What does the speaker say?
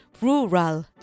Rural